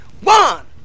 One